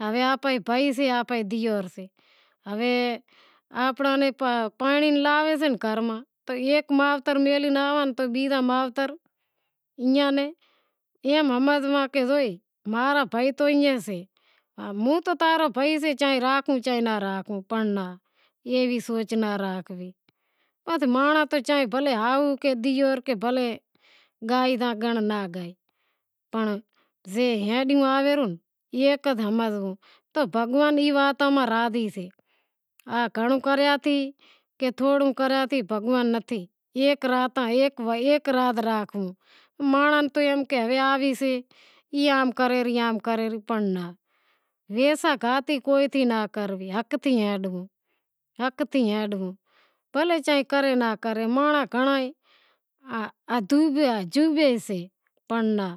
ہوے آنپڑے ناں پرنڑاوی لاوے سے ناں گھر ماں تو ایک مائتر میلہی ناں آواں تو بیزاں مائتر ایئاں نیں ہمزاں تو زوئے ماں را بھائی سیں تو اے ایئں سے، ہوں تو تھاں رو بھائی سوں زاں راکھاں زاں ناں راکھاں ایوی سوچ ناں راکھو، بھلے مانڑاں چے اہئو کہے دیور کہے پنڑ زے ایک ہمزوں، تو بھگوان ای واتاں ماں راضی سے کہ گھنڑوں کراں تھی کہ تھوڑو کراں تھی بھگوان راضی سے ایک راز راکھنڑو، ویساہ گھاتی کوئی تھیں ناں کرنڑی حق تھی ہلنڑو بھلیں چاہے کرے زاں ناں کرے مانڑاں گھنڑوے پنڑ ناں